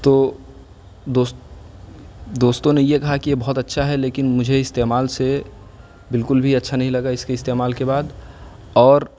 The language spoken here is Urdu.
تو دوستوں نے یہ کہا کہ یہ بہت اچھا ہے لیکن مجھے استعمال سے بالکل بھی اچھا نہیں لگا اس کے استعمال کے بعد اور